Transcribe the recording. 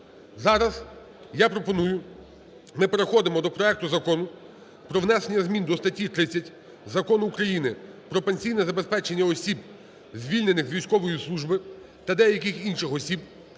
Зараз я пропоную, ми переходимо до проекту Закону про внесення змін до статті 30 Закону України "Про пенсійне забезпечення осіб звільнених з військової служби та деяких інших осіб"